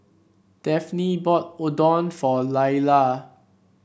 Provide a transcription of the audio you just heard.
Daphne bought Oden for Lyla